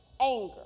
Anger